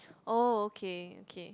oh okay okay